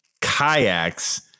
kayaks